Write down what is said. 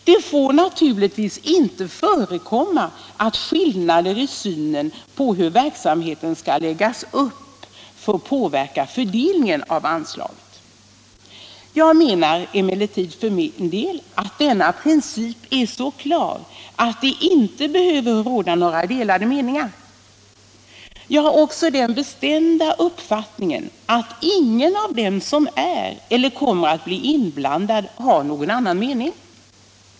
Det får naturligtvis inte förekomma att skillnader i synen på hur verksamheten skall läggas upp kan påverka fördelningen av anslaget. Jag menar emellertid för min del att denna princip är så klar att det inte behöver råda några delade meningar. Jag har också den bestämda uppfattningen att ingen av dem som är eller kommer att bli inblandade har någon annan mening.